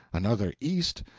another east,